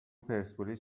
پرسپولیس